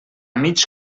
mig